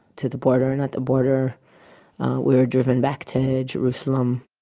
to the border and at the border we were driven back to jerusalem